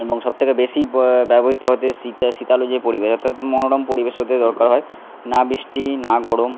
এবং সব থেকে বেশি ব্যবহিত হতে শীতে শীতালু যে পরিবেশ অর্থাৎ মনোরম পরিবেশ ওদের দরকার হয় না বৃস্টি না গরম